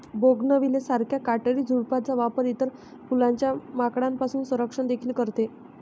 bougainvillea सारख्या काटेरी झुडपांचा वापर इतर फुलांचे माकडांपासून संरक्षण देखील करते